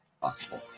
Possible